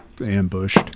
ambushed